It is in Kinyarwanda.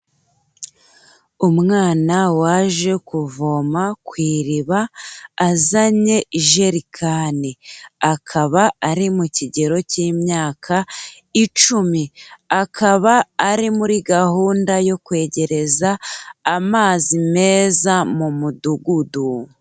Umwana waje kuvoma ku iriba, azanye ijerekani. Akaba ari mu kigero cy'imyaka icumi. Akaba ari muri gahunda yo kwegereza amazi meza, mu Mudugudu.